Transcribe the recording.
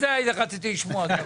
את זה רציתי לשמוע.